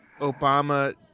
Obama